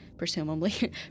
presumably